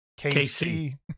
KC